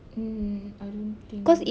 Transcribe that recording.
um I don't think